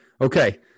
Okay